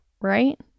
right